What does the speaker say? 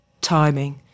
timing